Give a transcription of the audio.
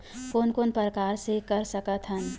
कोन कोन से प्रकार ले कर सकत हन?